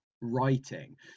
writing